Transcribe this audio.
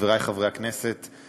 חברי חברי הכנסת,